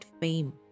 fame